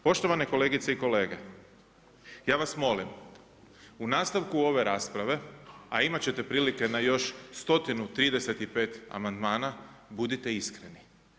Poštovane kolegice i kolege, ja vas molim u nastavku ove rasprave, a imat ćete prilike na još 135 amandmana, budite iskreni.